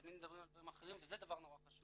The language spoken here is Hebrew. מדברים על דברים אחרים וזה דבר נורא חשוב